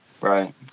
Right